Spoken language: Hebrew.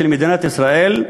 של מדינת ישראל,